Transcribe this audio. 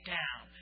down